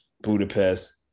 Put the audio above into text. Budapest